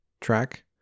track